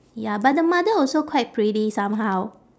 ya but the mother also quite pretty somehow